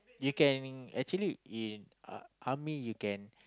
you can in actually in uh army you can